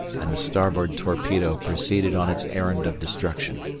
and the starboard torpedo proceeded on its errand of destruction.